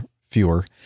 fewer